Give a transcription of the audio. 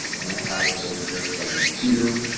and apply their signature from the computer,